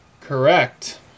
Correct